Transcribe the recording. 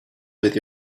with